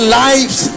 lives